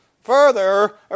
further